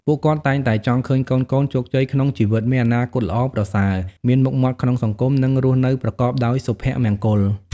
ពួកគាត់តែងតែចង់ឃើញកូនៗ ជោគជ័យក្នុងជីវិត មានអនាគតល្អប្រសើរ មានមុខមាត់ក្នុងសង្គម និងរស់នៅប្រកបដោយសុភមង្គល។